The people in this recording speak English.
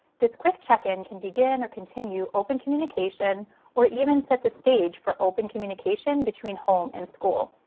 this quick check in can begin or continue open communication or even set the stage for open communication between home and school.